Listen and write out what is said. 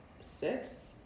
six